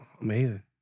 Amazing